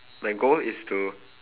my goal is to